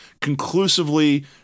conclusively